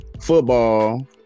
Football